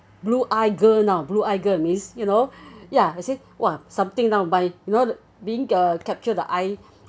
blue eye girl now blue eye girl means you know ya I say !wah! something now by you know the uh being captured the eye